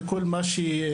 וכל מה שקורה,